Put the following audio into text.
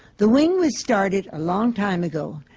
the wing was started a long time ago,